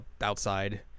outside